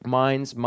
minds